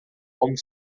como